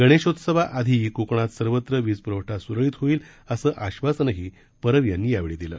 गणेशोत्सवाआधी कोकणात सर्वत्र वीज प्रवठा स्रळीत होईल असं आश्वासनही परब यांनी यावेळी दिलं